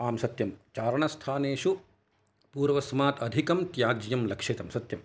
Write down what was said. आं सत्यम् चारणस्थानेषु पूर्वस्मात् अधिकं त्याज्यं लक्षितं सत्यम्